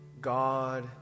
God